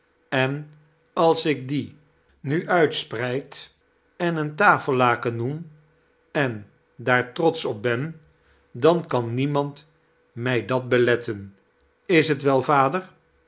en als ik dien nu uitspreid en een tafellaken noem en daar trotsch op ben dan kan niemand mij dat beletten is t wel vader